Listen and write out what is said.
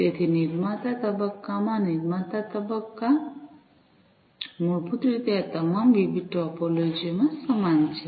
તેથી નિર્માતા તબક્કામાં નિર્માતા તબક્કા મૂળભૂત રીતે આ તમામ વિવિધ ટોપોલોજીઓ માં સમાન છે